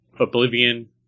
Oblivion